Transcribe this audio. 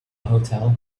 hotel